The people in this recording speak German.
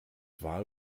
war